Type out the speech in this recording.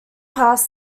past